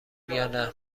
یانه